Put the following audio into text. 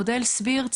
מודל "SBIRT",